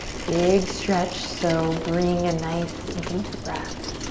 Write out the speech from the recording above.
big stretch. so, bring a nice deep breath.